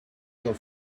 got